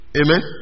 amen